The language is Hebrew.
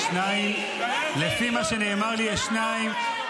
סבבה באופוזיציה, נכון?